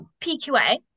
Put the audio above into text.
pqa